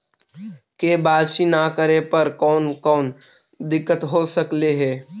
KYC न करे पर कौन कौन दिक्कत हो सकले हे?